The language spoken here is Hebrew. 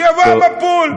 שיבוא המבול.